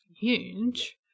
huge